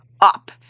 up